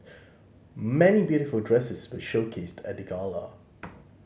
many beautiful dresses were showcased at the gala